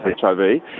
HIV